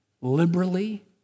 liberally